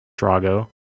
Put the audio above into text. Drago